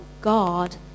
God